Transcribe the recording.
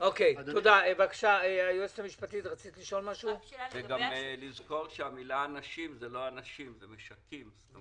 צריך לזכור שזה לא אנשים אלא משווקים.